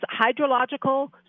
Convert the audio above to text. hydrological